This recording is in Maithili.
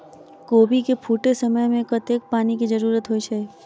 कोबी केँ फूटे समय मे कतेक पानि केँ जरूरत होइ छै?